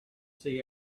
see